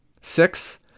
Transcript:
Six